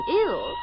ill